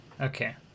okay